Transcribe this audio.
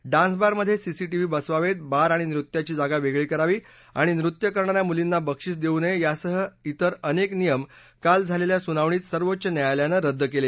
डान्सबारमध्ये CCTV बसवावेत bar आणि नृत्याची जागा वेगळी करावी आणि नृत्य करणा या मुलींना बक्षीस देऊ नये यासह इतर अनेक नियम काल झालेल्या सुनावणीत सर्वोच्च न्यायालयानं रद्द केले